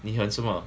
你很什么